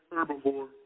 herbivore